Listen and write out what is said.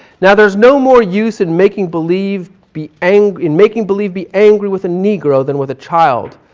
now there's no more use in making believe be angry, in making believe be angry with a negro than with a child.